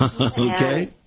Okay